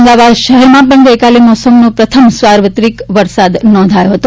અમદાવાદ શહેરમાં પણ ગઇકાલે મોસમનો પ્રથમ સાર્વત્રિક વરસાદ રહ્યો છે